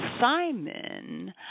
Simon